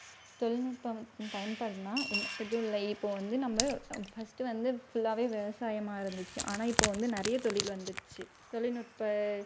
தொழில்நுட்பம் பயன்பாடுனா என்ன எதுவும் இல்லை இப்போ வந்து நம்ம ஃபர்ஸ்டு வந்து ஃபுல்லாகவே விவசாயமாக இருந்துச்சு ஆனால் இப்போ வந்து நிறைய தொழில் வந்துச்சு தொழில்நுட்ப